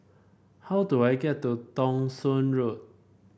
how do I get to Thong Soon Road